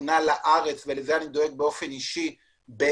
משונע לארץ ולזה אני דואג באופן אישי בשינוע